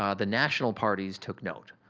um the national parties took note,